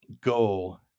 goal